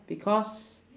because